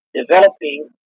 developing